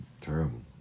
Terrible